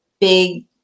big